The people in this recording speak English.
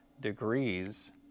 degrees